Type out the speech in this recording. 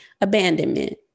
abandonment